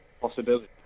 possibility